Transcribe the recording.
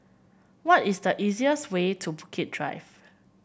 what is the easiest way to Bukit Drive